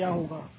फिर क्या होगा